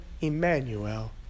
Emmanuel